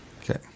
okay